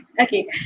okay